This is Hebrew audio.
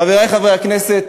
חברי חברי הכנסת,